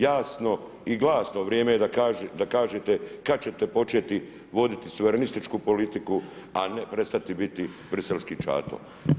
Jasno i glasno vrijeme je da kažete kad ćete početi voditi suverenističku politiku a ne pristati biti briselski ćato.